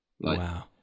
Wow